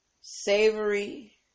savory